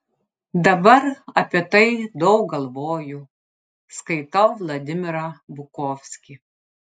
dabar apie tai daug galvoju skaitau vladimirą bukovskį